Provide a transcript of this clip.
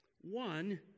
One